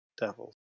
devils